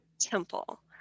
temple